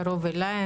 קרוב אליי.